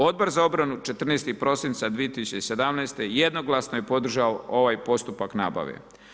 Odbor za obranu 14. prosinca jednoglasno je podržao ovaj postupak nabave.